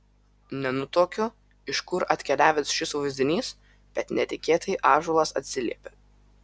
nenutuokiu iš kur atkeliavęs šis vaizdinys bet netikėtai ąžuolas atsiliepia